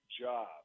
job